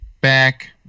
back